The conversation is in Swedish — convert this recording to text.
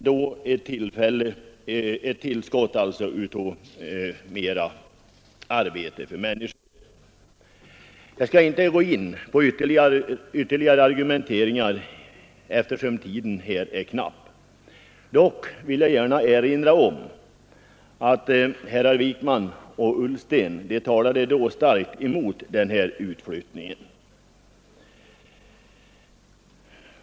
Därigenom blir det ett tillskott av arbetstillfällen. Jag skall inte gå in på några ytterligare argumenteringar, eftersom tiden här är knapp. Dock vill jag här gärna erinra om att herrar Wijkman och Ullsten då starkt talade mot denna utflyttning.